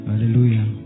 hallelujah